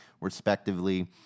respectively